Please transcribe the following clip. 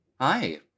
Hi